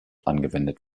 angewendet